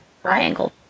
triangle